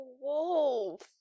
wolf